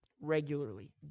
regularly